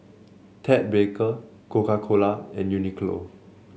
Ted Baker Coca Cola and Uniqlo